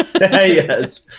Yes